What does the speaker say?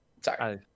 Sorry